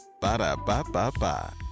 Ba-da-ba-ba-ba